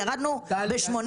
אנחנו ירדנו ב-80%.